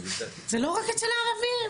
זה לא רק אצל הערבים.